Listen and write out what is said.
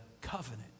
covenant